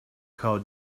how